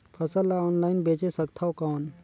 फसल ला ऑनलाइन बेचे सकथव कौन?